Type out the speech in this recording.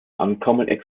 ankommen